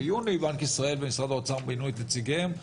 בנק ישראל ומשרד האוצר מינו את נציגיהם,